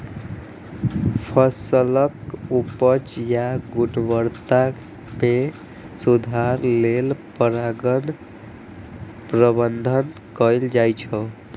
फसलक उपज या गुणवत्ता मे सुधार लेल परागण प्रबंधन कैल जाइ छै